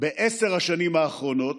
בעשר השנים האחרונות,